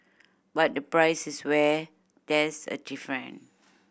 but the price is where there's a different